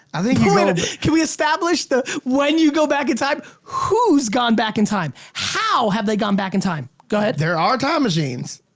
i think you go ah can we establish the when you go back in time, who's gone back in time? how have they gone back in time, go ahead. there are time machines.